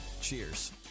Cheers